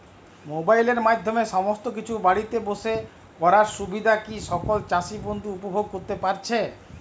মোবাইলের মাধ্যমে সমস্ত কিছু বাড়িতে বসে করার সুবিধা কি সকল চাষী বন্ধু উপভোগ করতে পারছে?